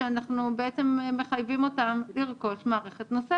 ואנחנו בעצם מחייבים אותם לרכוש מערכת נוספת.